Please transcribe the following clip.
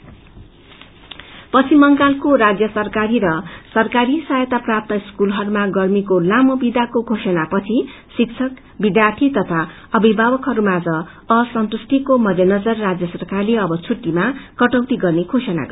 holiday कटेल पश्चिम बंगालको राज्य सरकारी र सरकारी साहायता प्राप्त स्कूलहरूमा गर्मीको लामो विदाको घोषणापछि शिक्षक विध्यार्थी तथा अभिभवकहरूमाझ असन्तुष्टीको मध्यनजर राज्य सरकारले अव छुट्टीमा कटौती गर्ने घोषणा गरेको छ